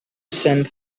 sent